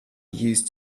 used